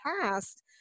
past